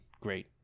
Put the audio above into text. great